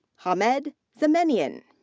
um and zamenian.